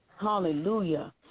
Hallelujah